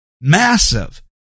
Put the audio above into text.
massive